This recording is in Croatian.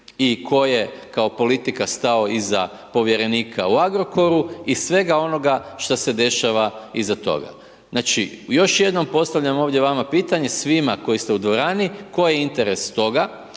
i tko je kao politika stao iza povjerenika u Agrokoru i svega onoga šta se dešava iza toga. Znači još jednom postavljam ovdje vama pitanje svima koji ste u dvorani, koji je interes toga